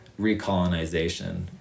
recolonization